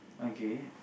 okay